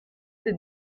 des